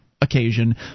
occasion